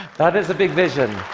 that is a big vision.